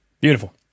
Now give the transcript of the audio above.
Beautiful